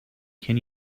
can